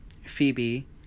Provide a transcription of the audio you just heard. Phoebe